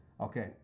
okay